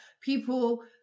people